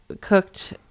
cooked